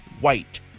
White